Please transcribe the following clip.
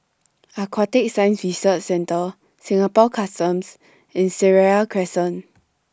Aquatic Science Research Centre Singapore Customs and Seraya Crescent